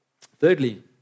Thirdly